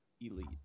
elite